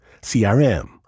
CRM